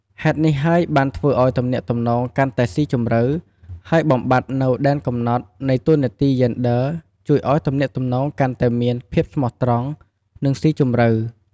ហេតុនេះហើយបានធ្វើឲ្យទំនាក់ទំនងកាន់តែស៊ីជម្រៅ ហើយបំបាត់នូវដែនកំណត់នៃតួនាទីយេនឌ័រជួយឱ្យទំនាក់ទំនងកាន់តែមាន ភាពស្មោះត្រង់ និង ស៊ីជម្រៅ។